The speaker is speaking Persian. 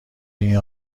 این